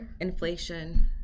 inflation